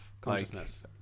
consciousness